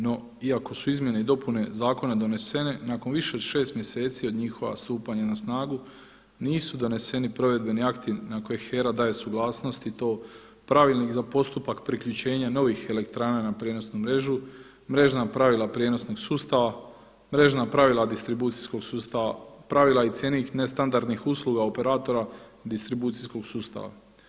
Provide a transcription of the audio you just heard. No iako su izmjene i dopune zakona donesene nakon više od 6 mjeseci od njihova stupanja na snagu nisu doneseni provedbeni akti na koje HERA daje suglasnost i to pravilnik za postupak priključenja novih elektrana na prijenosnu mrežu, mrežna pravila prijenosnog sustava, mrežna pravila distribucijskog sustava, pravila i cjenik nestandardnih usluga operatora distribucijskog sustava.